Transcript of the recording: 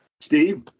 Steve